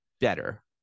Better